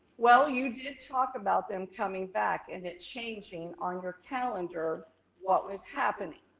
well, you did talk about them coming back and it changing on your calendar what was happening.